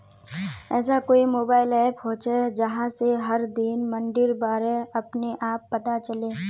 ऐसा कोई mobile app होचे जहा से हर दिन मंडीर बारे अपने आप पता चले?